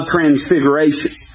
Transfiguration